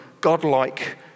godlike